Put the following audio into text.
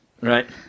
right